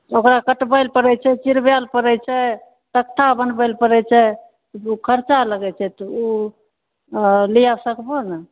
ओकरा कटबै लऽ पड़ैत छै चिरबै लऽ पड़ैत छै तख्ता बनबै लऽ पड़ैत छै खर्चा लगैत छै तऽ ओ लिअ सकबहो ने